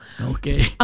Okay